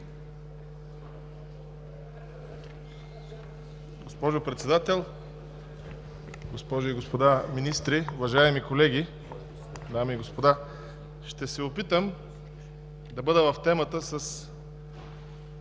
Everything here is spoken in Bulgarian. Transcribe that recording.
Госпожо Председател, госпожи и господа министри, уважаеми колеги, уважаеми господа! Ще се опитам да бъда в темата с